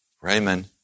Raymond